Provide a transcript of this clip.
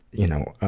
you know ah